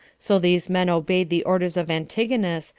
so these men obeyed the orders of antigonus,